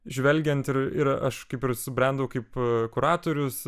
žvelgiant ir ir aš kaip ir subrendau kaip kuratorius